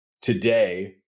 today